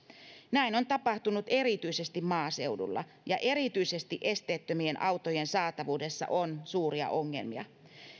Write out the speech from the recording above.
näin on tapahtunut erityisesti maaseudulla ja erityisesti esteettömien autojen saatavuudessa on suuria ongelmia